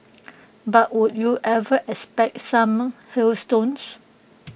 but would you ever expect some hailstones